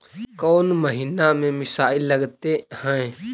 कौन महीना में मिसाइल लगते हैं?